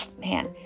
Man